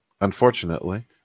unfortunately